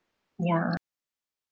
yeah